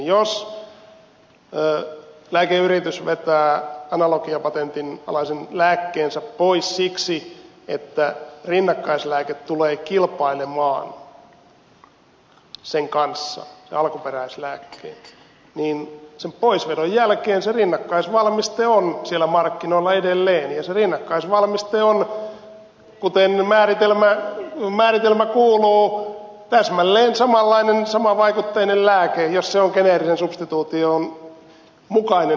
jos lääkeyritys vetää analogiapatentin alaisen lääkkeensä pois siksi että rinnakkaislääke tulee kilpailemaan sen kanssa sen alkuperäislääkkeen kanssa niin sen poisvedon jälkeen se rinnakkaisvalmiste on siellä markkinoilla edelleen ja se rinnakkaisvalmiste on kuten määritelmä kuuluu täsmälleen samanlainen samavaikutteinen lääke jos se on geneerisen substituution mukainen lääke